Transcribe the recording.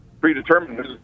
predetermined